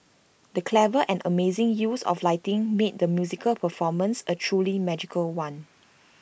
the clever and amazing use of lighting made the musical performance A truly magical one